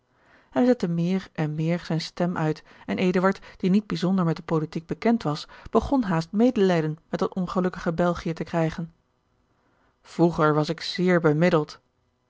hij zette meer een meer zijne stem uit en eduard die niet bijzonder met de politiek bekend was begon haast medelijden met dat ongelukkige belgië te krijgen vroeger was ik zeer bemiddeld